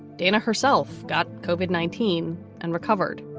diana herself got copd nineteen and recovered,